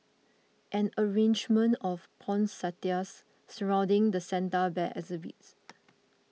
an arrangement of poinsettias surrounding the Santa Bear exhibit